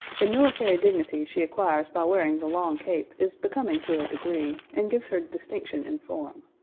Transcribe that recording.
the military dignity she acquires by wearing the long cape is becoming to a degree, and gives her distinction in form.